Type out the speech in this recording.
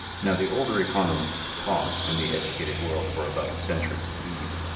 now the older economists taught, and the educated world for about a century believed,